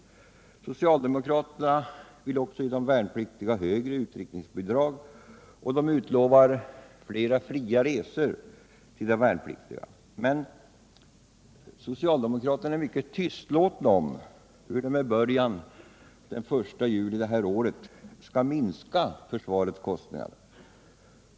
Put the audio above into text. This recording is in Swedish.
Socialdemokraterna vill också ge de värnpliktiga högre utryckningsbidrag och utlovar fler fria resor till de värnpliktiga. Men socialdemokraterna är mycket tystlåtna om hur de med början den 1 juli detta år skall minska försvarets kostnader.